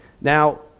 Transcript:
now